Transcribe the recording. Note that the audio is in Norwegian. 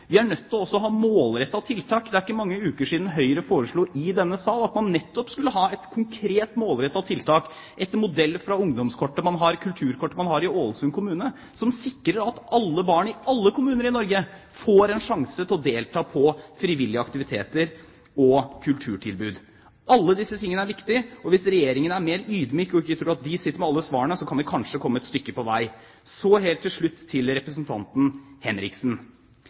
Vi er også nødt til å ha målrettede tiltak. Det er ikke mange uker siden Høyre foreslo i denne sal at man nettopp skulle ha et konkret målrettet tiltak etter modell fra Ungdomskortet. Kulturkortet, som i Ålesund kommune, sikrer at alle barn i alle kommuner i Norge får en sjanse til å delta i frivillige aktiviteter og kulturtilbud. Alle disse tingene er viktige, og hvis Regjeringen er mer ydmyk og ikke tror at de sitter med alle svarene, kan vi kanskje komme et stykke på vei. Så helt til slutt til representanten Henriksen.